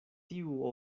tiu